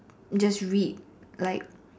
just read like